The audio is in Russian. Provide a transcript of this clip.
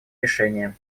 решения